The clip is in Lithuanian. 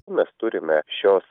mes turime šios